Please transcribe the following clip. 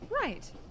Right